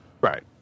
Right